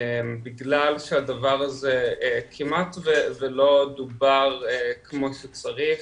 בגלל שהדבר הזה כמעט ולא דובר כמו שצריך,